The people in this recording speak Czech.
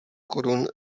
korun